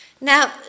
Now